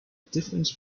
difference